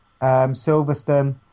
Silverstone